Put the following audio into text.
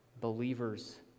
Believers